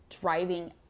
driving